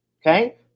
okay